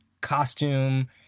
costume